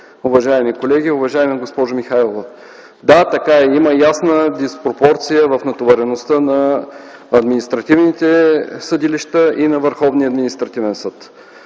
уважаеми колеги, уважаема госпожо Михайлова! Да, така е, има ясна диспропорция в натовареността на административните съдилища и на Върховния административен съд.